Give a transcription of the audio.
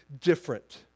different